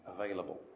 available